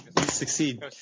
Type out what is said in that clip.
succeed